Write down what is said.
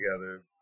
together